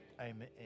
Amen